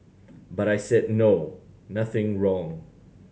but I said no nothing wrong